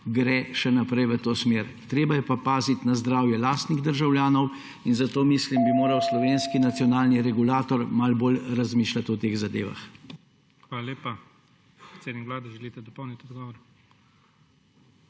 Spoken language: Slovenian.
še naprej v to smer. Treba je pa paziti na zdravje lastnih državljanov in zato mislim, bi moral slovenski nacionalni regulator malo bolj razmišljati o teh zadevah. PREDSEDNIK IGOR ZORČIČ: Hvala lepa. Predsednik Vlade, želite dopolniti odgovor?